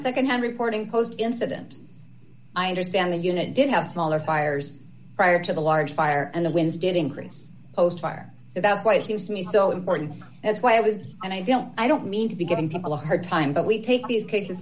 secondhand reporting post incident i understand that unit did have smaller fires prior to the large fire and the winds did increase ost fire about why it seems to me so important as why i was and i don't i don't mean to be giving people a hard time but we take the